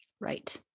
Right